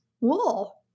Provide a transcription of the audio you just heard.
wool